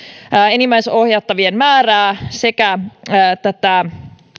enimmäisohjattavien määrää sekä tätä